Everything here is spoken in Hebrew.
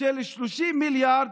של 30 מיליארד,